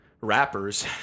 rappers